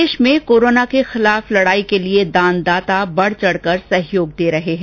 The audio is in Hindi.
प्रदेश में कोरोना के खिलाफ लड़ाई के लिये दानदाता बढ चढकर सहयोग दे रहे हैं